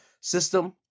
system